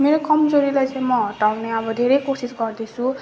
मेरो कमजोरीलाई चाहिँ म हटउने अब धेरै कोसिस गर्दैछु